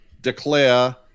declare